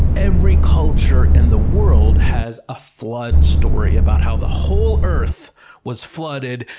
every culture in the world has a flood story about how the whole earth was flooded,